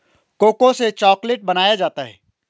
cocoa से chocolate बनाया जाता है